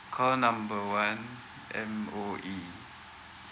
call number one M_O_E